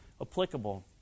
applicable